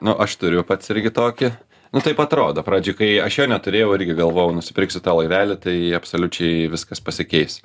nu aš turiu pats irgi tokį nu taip atrodo pradžioj kai aš jo neturėjau irgi galvojau nusipirksiu tą laivelį tai absoliučiai viskas pasikeis